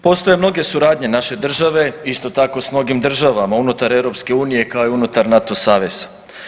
Postoje mnoge suradnje naše države isto tako s mnogim državama unutar EU kao i unutar NATO saveza.